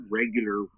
regular